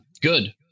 good